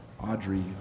Audrey